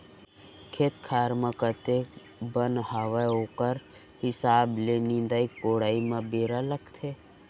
खेत खार म कतेक बन हावय ओकर हिसाब ले ही निंदाई कोड़ाई म बेरा लागथे